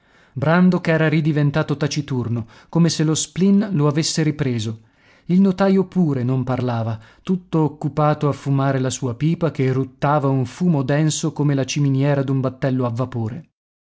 frusta brandok era ridiventato taciturno come se lo spleen lo avesse ripreso il notaio pure non parlava tutto occupato a fumare la sua pipa che eruttava un fumo denso come la ciminiera d'un battello a vapore